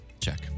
Check